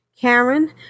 Karen